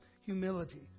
humility